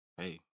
Hey